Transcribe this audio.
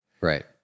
Right